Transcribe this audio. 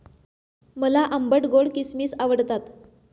मला आंबट गोड किसमिस आवडतात